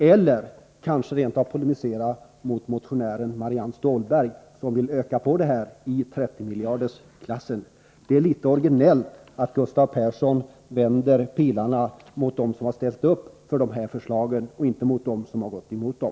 Eller kanske kunde han rent av polemisera mot motionären Marianne Stålberg som vill öka anslaget i trettiomiljardersklassen. Det är litet originellt att Gustav Persson vänder pilarna mot dem som har ställt sig bakom förslagen och inte mot dem som har gått emot dem.